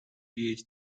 phd